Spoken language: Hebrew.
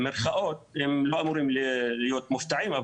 הם לא אמורים להיות מופתעים,